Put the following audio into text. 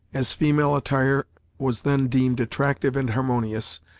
as female attire was then deemed attractive and harmonious,